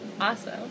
Awesome